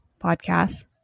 podcast